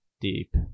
deep